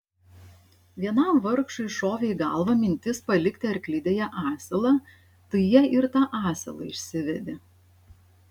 vienam vargšui šovė į galvą mintis palikti arklidėje asilą tai jie ir tą asilą išsivedė